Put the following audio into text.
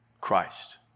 Christ